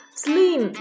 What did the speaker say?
slim